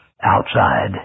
outside